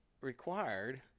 required